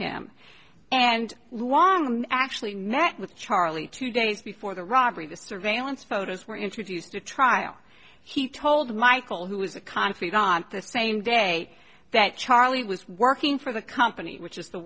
him and long actually met with charlie two days before the robbery the surveillance photos were introduced at trial he told michael who was a confidant the same day that charlie was working for the company which is the